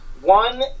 One